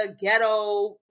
ghetto